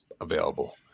available